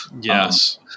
Yes